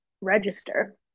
register